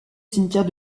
cimetière